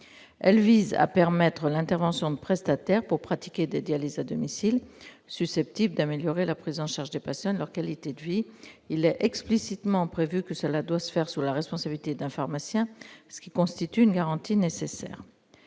Elle vise à permettre l'intervention de prestataires pour assurer des dialyses à domicile, susceptibles d'améliorer la prise en charge des patients et leur qualité de vie. Il est explicitement prévu que cela doit se faire sous la responsabilité d'un pharmacien, ce qui constitue une garantie nécessaire.